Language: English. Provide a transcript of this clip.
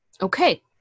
Okay